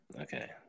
Okay